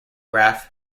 graph